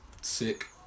sick